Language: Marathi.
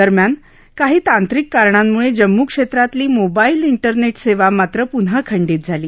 दरम्यान काही तांत्रिक कारणांमुळजिम्मू क्षप्रातली मोबाईल िठेरन ् सम्रा मात्र पुन्हा खंडित झाली